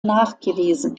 nachgewiesen